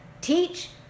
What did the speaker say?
Teach